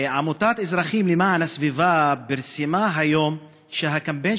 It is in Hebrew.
עמותת "אזרחים למען הסביבה" פרסמה היום שהקמפיין